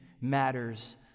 matters